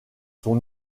son